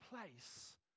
place